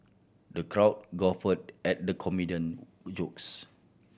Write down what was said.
the crowd guffawed at the comedian jokes